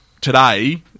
today